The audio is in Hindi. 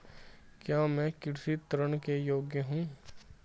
क्या मैं कृषि ऋण के योग्य हूँ?